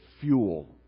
fuel